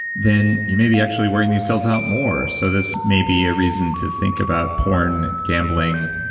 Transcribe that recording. then you may be actually wearing these cells out more, so this may be a reason to think about porn, gambling,